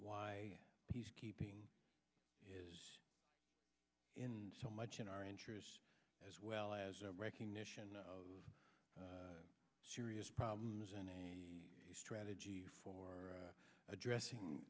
why he's keeping in so much in our interests as well as a recognition of serious problems and a strategy for addressing